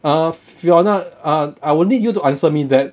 uh fiona uh I will need you to answer me that